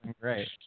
great